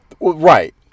right